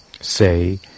say